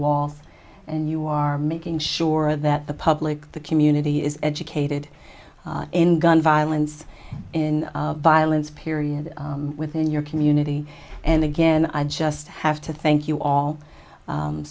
walls and you are making sure that the public the community is educated in gun violence in violence period within your community and again i just have to thank you all